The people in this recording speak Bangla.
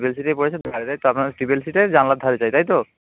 সিটেই পড়েছে আপনার ট্রিপল সিটে জানালার ধারে চাই তাই তো